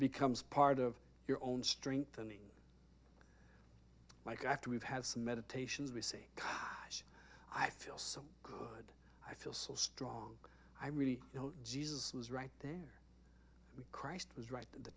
becomes part of your own strengthening like after we've had some meditations we see i feel so good i feel so strong i really know jesus was right there christ was right the